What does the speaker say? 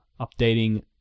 updating